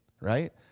right